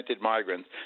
migrants